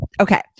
okay